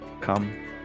Come